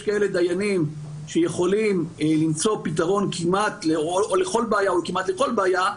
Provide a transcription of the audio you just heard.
יש כאלה דיינים שיכולים למצוא פתרון לכל בעיה או כמעט לכל בעיה,